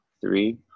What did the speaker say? three